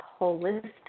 Holistic